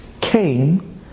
came